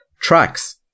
tracks